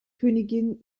königin